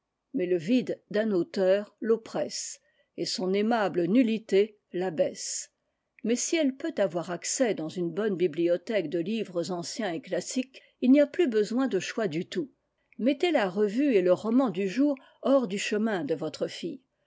que poud'un auteur l'oppresse et son aimable nullité l'abaisse mais si elle peut avoir accès dans une bonne bibliothèque de livres anciens et classiques il n'y a plus besoin de choix du tout mettez la revue et le roman du jour hors du chemin de votre fille